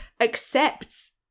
accepts